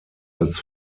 als